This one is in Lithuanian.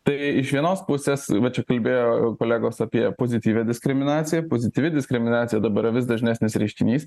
tai iš vienos pusės va čia kalbėjo kolegos apie pozityvią diskriminaciją pozityvi diskriminacija dabar vis dažnesnis reiškinys